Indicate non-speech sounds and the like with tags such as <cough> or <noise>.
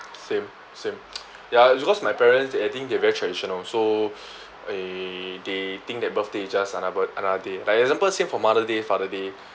same same <noise> ya it's because my parents they I think they're very traditional so eh they think that birthday is just an~ another day like example say for mother day father day